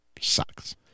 sucks